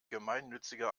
gemeinnützige